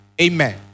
Amen